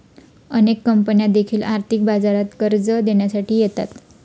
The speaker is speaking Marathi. अनेक कंपन्या देखील आर्थिक बाजारात कर्ज देण्यासाठी येतात